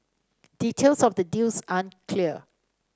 details of the deals aren't clear